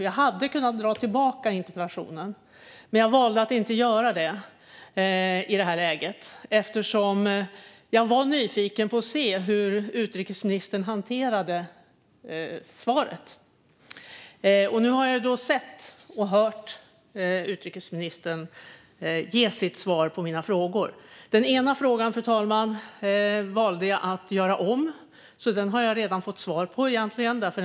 Jag hade kunnat dra tillbaka interpellationen, men jag valde att inte göra det i det här läget eftersom jag var nyfiken på att se hur utrikesministern skulle hantera svaret. Nu har jag sett och hört utrikesministern ge sitt svar på mina frågor. Den ena frågan valde jag att göra om, så den har jag egentligen redan fått svar på.